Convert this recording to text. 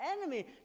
enemy